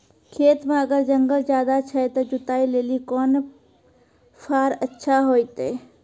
खेत मे अगर जंगल ज्यादा छै ते जुताई लेली कोंन फार अच्छा होइतै?